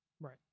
Right